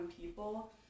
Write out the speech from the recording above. people